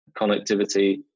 connectivity